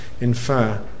infer